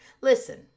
listen